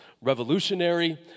revolutionary